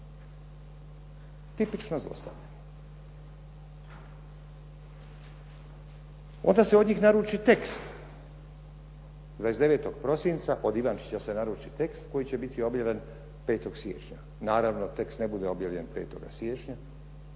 Tipično zlostavljanje. Onda se od njih naruči tekst, 29. prosinca od Ivančića se naruči tekst koji će biti objavljen 5. siječnja. Naravno, tekst ne bude objavljen 5. siječnja